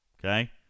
Okay